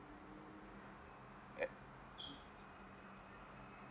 uh